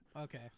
Okay